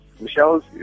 Michelle's